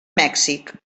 mèxic